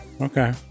Okay